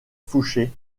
fouché